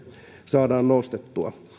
saadaan nostettua